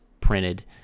printed